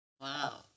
Wow